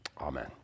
Amen